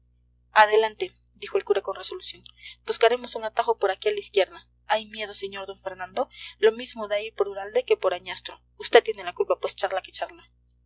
adelante dijo el cura con resolución buscaremos un atajo por aquí a la izquierda hay miedo sr d fernando lo mismo da ir por uralde que por añastro usted tiene la culpa pues charla